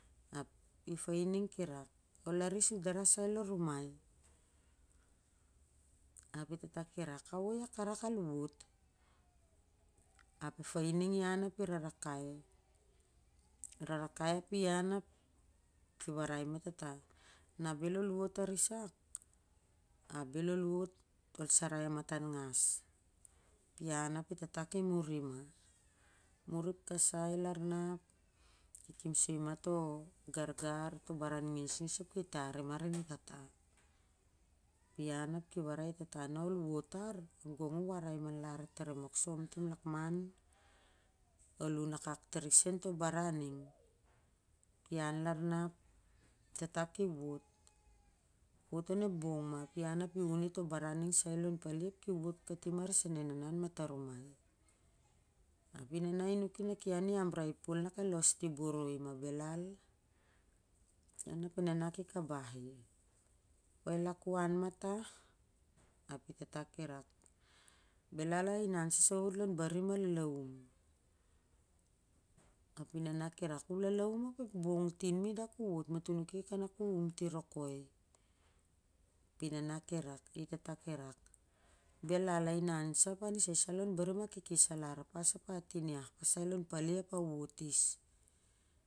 Ap i ep fain ning ki rak ol an ari sur dara sai lo rumai ap i tata ki rak ao ia ka rak al wot ap i ep fain ning ian ap i rarakai rarakai ap ian ap i warai ma e tata na bel ol wot a risak ap ol sarai a matan ngas ian ap e tata ki muri ma muri kasai lar na ap ki kipsoi ma to gargar ap to barau ngisngis ap itar ima arin e tata ap i earai i e tata na ol wot tar ima ari e tata ap i warai i e tata na ol wot tar gong u warai manlar tar e moksom tim an lakman ol un akak tar i sen to baran ning sai lon pale ap ki wot katim arisan e nana tim an matarumai ap i nana i nuki kanak ian i am brai pol ap kel los ti boroi ma bel al ian ap e nana ki kabah i wai lak u an ma tah ap i tata ki rak belal ainan sah sai wot lon barim a lalaum, ulalaum ap ep bong tin ma i da ku wot, ma toh nuk kanak u um ti rokoi up i e tata ki rak belal a in an sa kasai wot lon barim a kekes alar ap a tin ep iah.